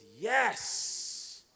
yes